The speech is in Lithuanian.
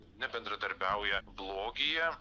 nebendradarbiauja blogyje